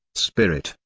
spirit,